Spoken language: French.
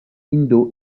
indo